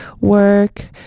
work